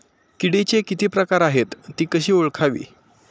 किडीचे किती प्रकार आहेत? ति कशी ओळखावी?